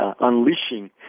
unleashing